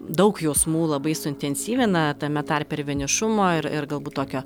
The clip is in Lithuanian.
daug jausmų labai suintensyvina tame tarpe ir vienišumo ir ir galbūt tokio